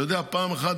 אתה יודע, פעם אחת